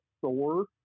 Thor